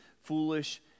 foolish